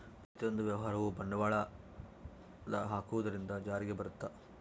ಪ್ರತಿಯೊಂದು ವ್ಯವಹಾರವು ಬಂಡವಾಳದ ಹಾಕುವುದರಿಂದ ಜಾರಿಗೆ ಬರುತ್ತ